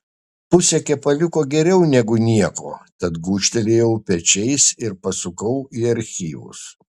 pusė kepaliuko geriau negu nieko tad gūžtelėjau pečiais ir pasukau į archyvus